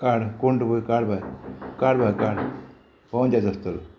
काड कोंण तुका काड भायर पय काड बाय काड बाय काड पोन जाय आसतलो